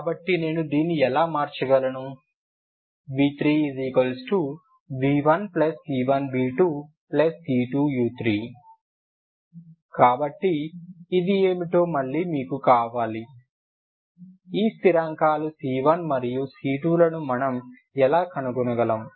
కాబట్టి నేను దీన్ని ఎలా మార్చగలను v3 v1 c1v2 c2u3 కాబట్టి ఇది ఏమిటో మళ్లీ మీకు కావాలి ఈ స్థిరాంకాలు c1 మరియు c2 లను మనం ఎలా కనుగొనగలము